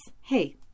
hey